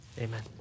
amen